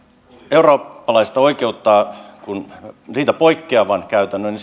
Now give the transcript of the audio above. eurooppalaisesta oikeudesta poikkeavan käytännön